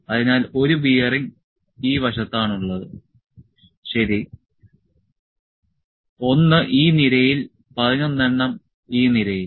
അതിനാൽ 1 ബെയറിംഗ് ഈ വശത്താണ് ഉള്ളത് ശരി 1 ഈ നിരയിൽ 11 എണ്ണം ഈ നിരയിൽ